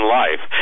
life